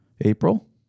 April